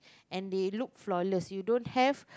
and they look flawless you don't have